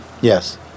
Yes